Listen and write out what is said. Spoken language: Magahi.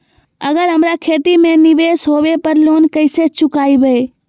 अगर हमरा खेती में निवेस होवे पर लोन कैसे चुकाइबे?